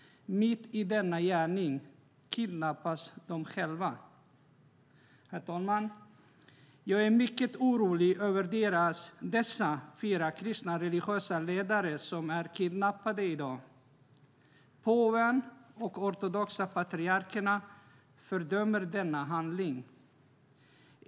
Mitt i denna gärning kidnappas de själva. Herr talman! Jag är mycket orolig över dessa fyra kristna religiösa ledare som är kidnappade i dag. Påven och de ortodoxa patriarkerna fördömer denna handling.